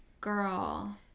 girl